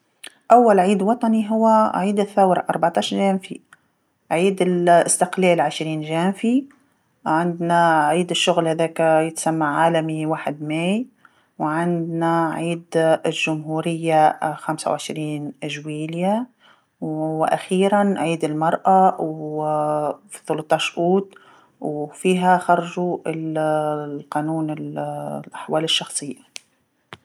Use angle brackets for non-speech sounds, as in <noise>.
أول عيد وطني هو عيد الثوره ربطاعش جانفي، عيد ال- الإستقلال عشرين جانفي، عندنا عيد الشغل هذاكا يتسمى عالمي واحد ماي، وعندنا عيد ال- الجمهوريه خمسه وعشرين جويليه وأخيرا عيد المرأه وفثلاطاعش أوت وفيها خرجو <hesitation> قانون <hesitation> الأحوال الشخصيه.